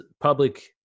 public